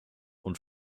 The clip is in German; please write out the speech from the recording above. und